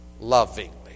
lovingly